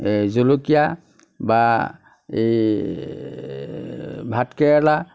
জলকীয়া বা এই ভাতকেৰেলা